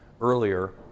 earlier